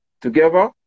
together